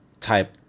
type